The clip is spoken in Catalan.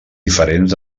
diferents